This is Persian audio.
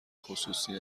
خصوصی